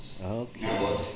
Okay